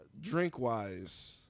Drink-wise